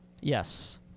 Yes